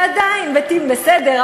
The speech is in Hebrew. ועדיין, בתמנע, בסדר.